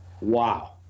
Wow